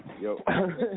Yo